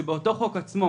שבאותו חוק עצמו,